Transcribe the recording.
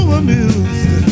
amused